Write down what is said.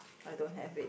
I don't have it